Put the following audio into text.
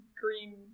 green